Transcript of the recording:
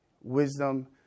wisdom